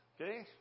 Okay